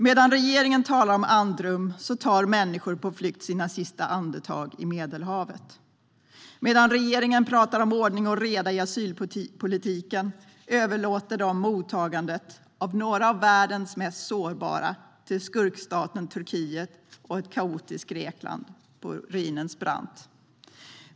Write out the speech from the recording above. Medan regeringen talar om andrum tar människor på flykt sina sista andetag i Medelhavet. Medan regeringen talar om ordning och reda i asylpolitiken överlåter den mottagandet av några av världens mest sårbara till skurkstaten Turkiet och till ett kaotiskt Grekland på ruinens brant.